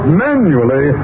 manually